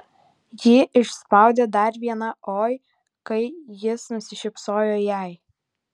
ji išspaudė dar vieną oi kai jis nusišypsojo jai